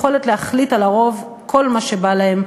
יכולת להחליט על הרוב כל מה שבא להם.